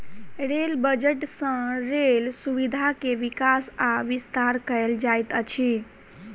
rail budget सँ rail सुविधा के विकास आ विस्तार कयल जाइत अछि